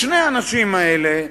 לשני האנשים האלה,